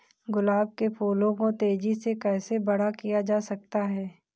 गुलाब के फूलों को तेजी से कैसे बड़ा किया जा सकता है?